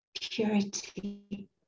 purity